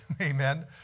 Amen